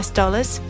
dollars